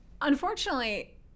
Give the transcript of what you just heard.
Unfortunately